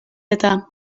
eta